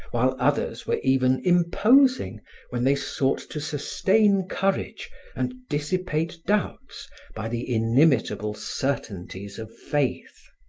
while others were even imposing when they sought to sustain courage and dissipate doubts by the inimitable certainties of faith.